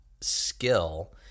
skill